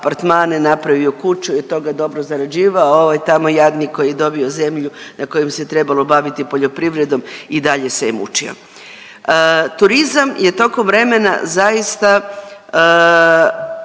napravio kuću i od toga dobro zarađivao, a ovaj tamo jadnik koji je dobio zemlju na kojoj bi se trebalo baviti poljoprivrednom, i dalje se je mučio. Turizam je tokom vremena zaista